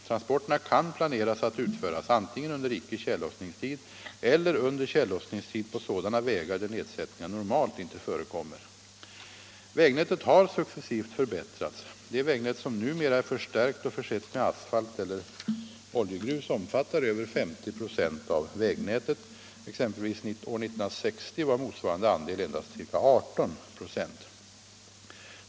Transporterna kan planeras att utföras antingen under icke-tjällossningstid eller under tjällossningstid på sådana vägar där nedsättningar normalt inte förekommer. Vägnätet har successivt förbättrats. De vägar som numera är förstärkta och försedda med asfalt eller oljegrus omfattar över 50 96 av vägnätet. Exempelvis år 1960 var motsvarande andel endast ca 18 96.